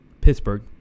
Pittsburgh